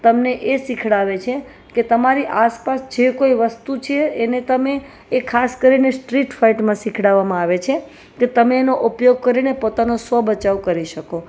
તમને એ શીખવાડે છે કે તમારી આસપાસ જે કોઈ વસ્તુ છે એને એ ખાસ કરીને સ્ટ્રીટ ફાઇટમાં શીખવાડવામાં આવે છે કે તમે એનો ઉપયોગ કરીને પોતાનો સ્વ બચાવ કરી શકો